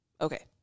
Okay